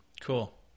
Cool